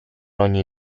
ogni